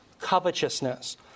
covetousness